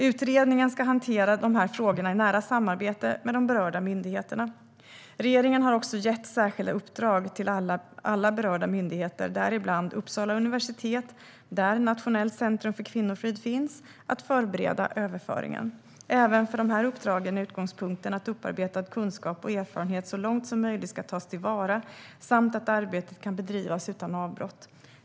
Utredningen ska hantera dessa frågor i nära samarbete med de berörda myndigheterna. Regeringen har också gett särskilda uppdrag till alla berörda myndigheter, däribland Uppsala universitet där Nationellt centrum för kvinnofrid finns, att förbereda överföringen. Även för dessa uppdrag är utgångspunkten att upparbetad kunskap och erfarenhet så långt som möjligt ska tas till vara samt att arbetet kan bedrivas utan avbrott.